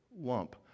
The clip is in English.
lump